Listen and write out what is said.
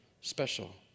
special